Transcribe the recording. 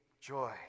joy